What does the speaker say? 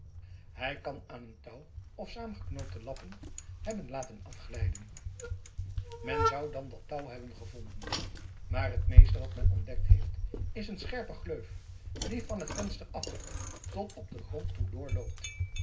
hij kan zich aan een touw of saamgeknoopte lappen hebben laten afglijden men zou dan dat touw hebben gevonden maar het meeste wat men ontdekt heeft is een scherpe gleuf die van het venster af tot op den grond toe doorloopt